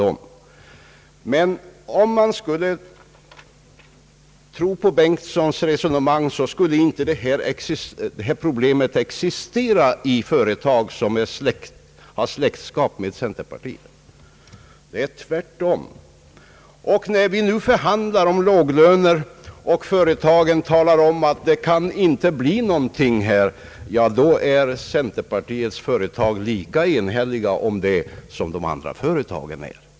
Om man skulle tro på herr Bengtsons resonemang skulle inte detta problem existera i företag som har släktskap med centerpartiet. Det är tvärtom! Och när vi nu förhandlar om låglöner och företagen deklarerar att det inte kan bli någon förbättring, ja då är centerpartiets företag lika enhälliga i den uppfattningen som de andra företagen.